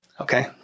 Okay